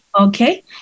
Okay